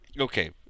Okay